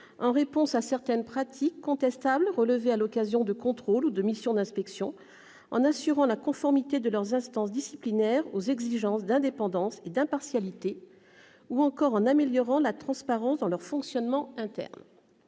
en réponse à certaines pratiques contestables relevées à l'occasion de contrôles ou de missions d'inspection, en assurant la conformité des instances disciplinaires aux exigences d'indépendance et d'impartialité ou encore en améliorant la transparence s'agissant de leur fonctionnement interne.